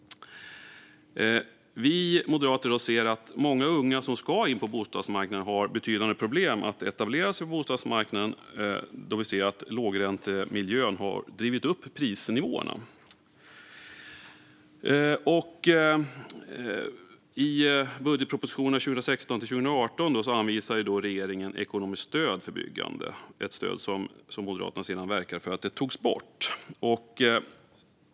Vi moderater ser att många unga som ska in på bostadsmarknaden har betydande problem att etablera sig på bostadsmarknaden då lågräntemiljön drivit upp prisnivåerna. I budgetpropositionerna för 2016-2018 anvisade regeringen ekonomiskt stöd till byggande. Moderaterna verkade sedan för borttagande av detta.